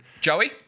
Joey